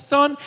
Son